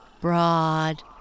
broad